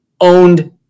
owned